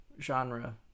genre